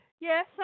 Yes